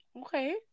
okay